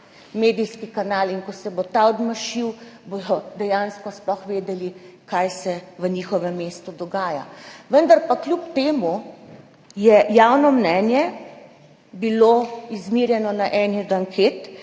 medijski kanal in ko se bo ta odmašil, bodo dejansko sploh vedeli, kaj se v njihovem mestu dogaja. Vendar pa je bilo kljub temu javno mnenje izmerjeno na eni od anket